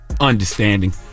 understanding